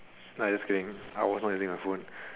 ah just kidding I was not using my phone